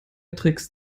tricks